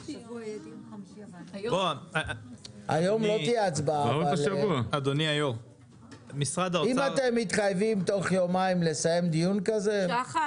חברים, על הדבש אתם רוצים לתקוע